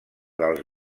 dels